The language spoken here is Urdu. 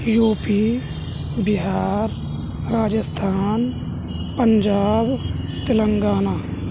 you P Bihar Rajasthan Punjab Telangana